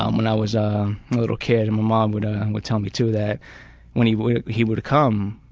um when i was a little kid and my mom would ah and would tell me too that when he would he would come,